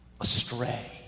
astray